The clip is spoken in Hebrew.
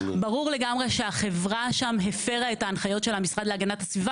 ברור לגמרי שהחברה שם הפרה את ההנחיות של המשרד להגנת הסביבה,